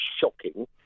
shocking